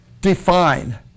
define